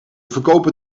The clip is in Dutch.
verkopen